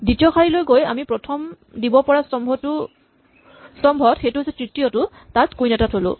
দ্বিতীয় শাৰীলৈ গৈ আমি প্ৰথম দিব পৰা স্তম্ভত সেইটো হৈছে তৃতীয়টো তাত কুইন এটা থ'লো